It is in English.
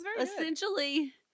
essentially